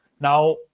now